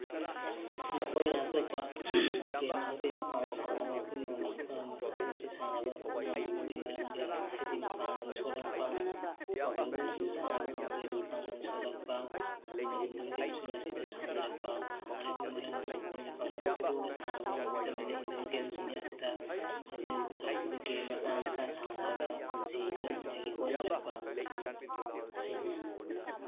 ꯅꯈꯣꯏꯅ ꯑꯇꯣꯞꯄ ꯒꯦꯝ ꯑꯃꯗꯤ ꯃꯄꯥꯟꯗ ꯁꯥꯟꯅꯕ ꯄꯨꯝꯅꯃꯛ ꯃꯁꯥꯟꯅ ꯑꯁꯤ ꯁꯥꯟꯅꯕ ꯉꯝꯗ꯭ꯔꯤꯕꯒꯤ ꯃꯔꯝꯗꯤ ꯍꯥꯏꯗꯤ ꯃꯄꯥꯡꯒꯜ ꯁꯣꯜꯂꯛꯄ ꯑꯥꯏꯠꯗꯣꯔ ꯒꯦꯝꯁꯤꯡ ꯁꯥꯟꯅꯕ ꯉꯝꯂꯛꯇ꯭ꯔꯤꯕꯒꯤ ꯃꯔꯝ ꯃꯄꯥꯡꯒꯜ ꯁꯣꯜꯂꯛꯄ ꯑꯗꯨꯒ ꯏꯟꯗꯣꯔ ꯒꯦꯝꯁꯤꯡ ꯑꯁꯤꯗ ꯁꯥꯟꯅꯔꯛꯄ ꯁꯥꯟꯅꯔꯤꯕꯒꯤ ꯃꯔꯝꯗꯤ ꯃꯈꯣꯏꯅ ꯄꯥꯡꯒꯜ ꯐꯨꯗꯣꯛꯑꯒ ꯁꯥꯟꯅꯕ ꯉꯝꯃꯛꯇꯕꯅꯤꯅ ꯏꯟꯗꯣꯔ ꯒꯦꯝꯁꯤꯡ ꯑꯁꯤꯗ ꯍꯥꯏꯗꯤ ꯍꯥꯏꯕꯗꯤ ꯒꯦꯝ ꯃꯆꯥ ꯃꯆꯥ ꯁꯥꯟꯅꯔꯒ ꯄꯨꯟꯁꯤ ꯂꯦꯜꯅꯉꯥꯏꯒꯤ ꯍꯣꯠꯅꯔꯛꯄ ꯑꯁꯤꯅꯤ